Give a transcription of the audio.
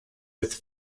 with